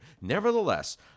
Nevertheless